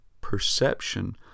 perception